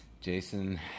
Jason